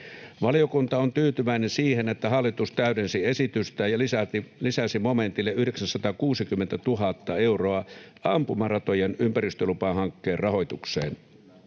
Valiokunta on tyytyväinen siihen, että hallitus täydensi esitystä ja lisäsi momentille 960 000 euroa ampumaratojen ympäristölupahankkeen rahoitukseen.